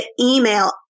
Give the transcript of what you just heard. email